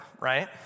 right